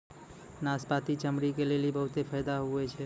नाशपती चमड़ी के लेली बहुते फैदा हुवै छै